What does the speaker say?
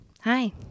Hi